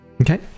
Okay